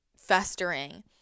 festering